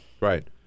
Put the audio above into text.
Right